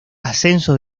ascenso